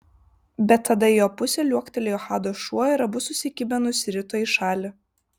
bet tada į jo pusę liuoktelėjo hado šuo ir abu susikibę nusirito į šalį